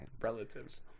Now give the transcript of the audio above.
Relatives